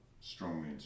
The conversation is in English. strongly